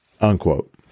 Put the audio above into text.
Unquote